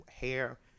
hair